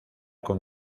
con